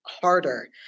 harder